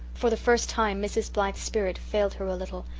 for the first time mrs. blythe's spirit failed her a little,